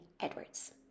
Edwards